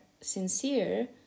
sincere